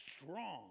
strong